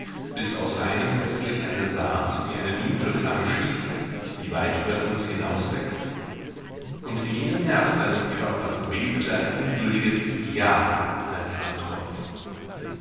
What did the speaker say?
bis aus einem plötzlich eine saat wie eine dunkle flamme schießt die weit über uns hinauswächst und in jedem nerv seines körpers bebte ein ungeduldiges ja als antwort